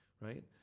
right